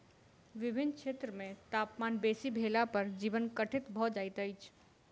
विभिन्न क्षेत्र मे तापमान बेसी भेला पर जीवन कठिन भ जाइत अछि